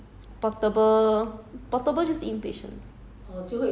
inpatient x~ err A&E